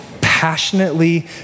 passionately